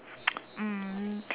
um